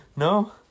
No